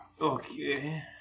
Okay